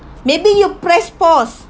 maybe you press pause